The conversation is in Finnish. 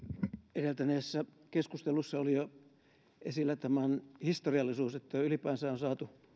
edeltäneessä keskustelussa oli jo esillä tämän historiallisuus että ylipäänsä on saatu